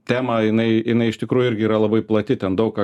temą jinai jinai iš tikrųjų irgi yra labai plati ten daug ką